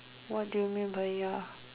what do you mean by ya